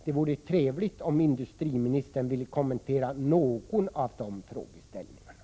Det vore trevligt om industriministern ville kommentera någon av frågeställningarna.